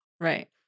Right